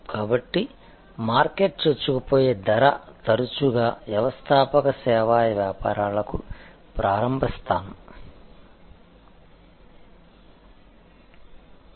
కాబట్టి మార్కెట్ చొచ్చుకుపోయే ధర తరచుగా వ్యవస్థాపక సేవా వ్యాపారాలకు ప్రారంభ స్థానం